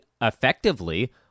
effectively